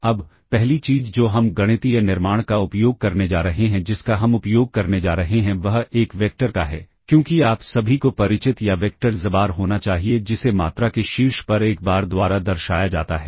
अब पहली चीज जो हम गणितीय निर्माण का उपयोग करने जा रहे हैं जिसका हम उपयोग करने जा रहे हैं वह एक वेक्टर का है क्योंकि आप सभी को परिचित या वेक्टर xbar होना चाहिए जिसे मात्रा के शीर्ष पर एक बार द्वारा दर्शाया जाता है